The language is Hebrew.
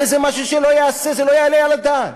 הרי זה משהו שלא ייעשה, זה לא יעלה על הדעת.